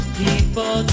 people